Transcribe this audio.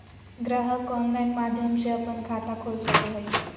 ग्राहक ऑनलाइन माध्यम से अपन खाता खोल सको हइ